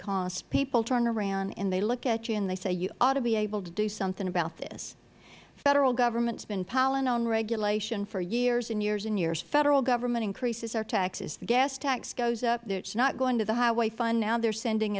costs people turn around and they look at you and they say you ought to be able to do something about this the federal government has been piling on regulation for years and years and years federal government increases our taxes the gas tax goes up it is not going to the highway fund now they are sending